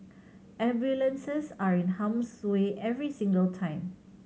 ambulances are in harm's way every single time